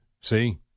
see